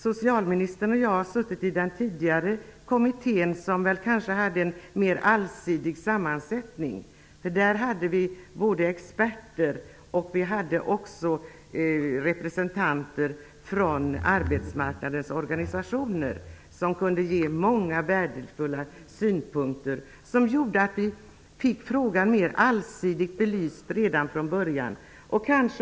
Socialministern och jag har suttit i den tidigare kommittén, som kanske hade en mer allsidig sammansättning. Där hade vi experter och vi hade också representanter från arbetsmarknadens organisationer, som kunde ge många värdefulla synpunkter, och som gjorde att vi fick frågan mer allsidigt belyst redan från början.